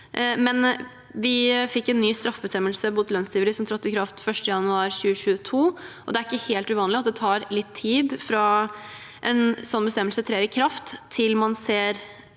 Vi fikk en ny straffebestemmelse mot lønnstyveri som trådte i kraft 1. januar 2022, og det er ikke helt uvanlig at det tar litt tid fra en slik bestemmelse trer i kraft, til man ser